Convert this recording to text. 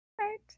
Right